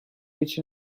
each